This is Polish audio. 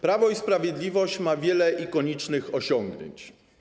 Prawo i Sprawiedliwość ma wiele ikonicznych osiągnięć.